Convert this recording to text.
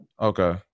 okay